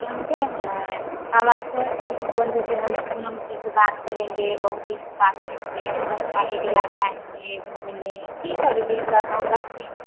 जानते हैं हम आज कई दिन से बोल रहे थे हम भी पूनम दीदी से बात करेंगे बहुत दिन से बात नहीं किए हम घर जाएँगे घूमने ठीक है दीदी तब अब रखते हैं